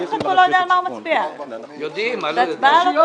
אנחנו מצביעים בעד, זה הכסף לרשויות